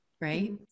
right